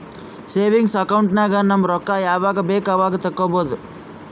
savings account ನಾಗ್ ನಮ್ ರೊಕ್ಕಾ ಯಾವಾಗ ಬೇಕ್ ಅವಾಗ ತೆಕ್ಕೋಬಹುದು